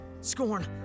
Scorn